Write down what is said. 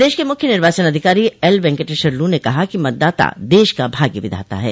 प्रदेश के मुख्य निर्वाचन अधिकारी एल वेंकटेश्वर लू ने कहा कि मतदाता देश का भाग्य विधाता है